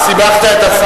חכה.